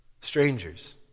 Strangers